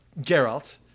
Geralt